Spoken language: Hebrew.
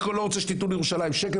לא רוצה שתיתנו לירושלים שקל,